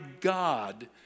God